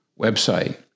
website